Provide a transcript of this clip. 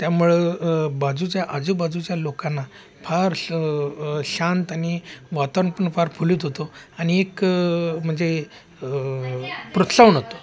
त्यामुळं बाजूच्या आजूबाजूच्या लोकांना फार स स शांत आणि वातावरण पण फार फुलित होतो आणि एक म्हणजे प्रोत्साहन होतो